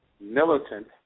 militant